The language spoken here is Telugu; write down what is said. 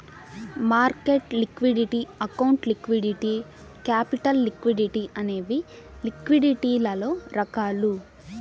market liquidity account liquidity capital liquidity అనేవి లిక్విడిటీలలో రకాలు